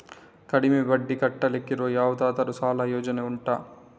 ಕಡಿಮೆ ಬಡ್ಡಿ ಕಟ್ಟಲಿಕ್ಕಿರುವ ಯಾವುದಾದರೂ ಸಾಲ ಯೋಜನೆ ಉಂಟಾ